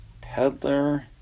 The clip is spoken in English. Peddler